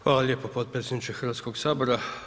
Hvala lijepo potpredsjedniče Hrvatskog sabora.